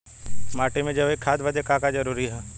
माटी में जैविक खाद बदे का का जरूरी ह?